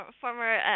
former